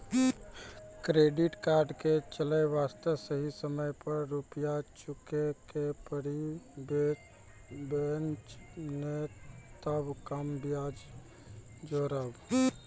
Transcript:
Credit card के चले वास्ते सही समय पर रुपिया चुके के पड़ी बेंच ने ताब कम ब्याज जोरब?